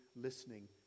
listening